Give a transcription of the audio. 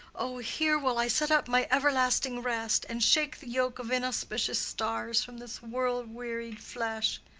o, here will i set up my everlasting rest and shake the yoke of inauspicious stars from this world-wearied flesh.